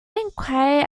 enquire